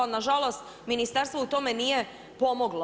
Ali na žalost ministarstvo u tome nije pomoglo.